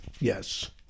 Yes